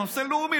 נושא לאומי,